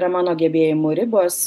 yra mano gebėjimų ribos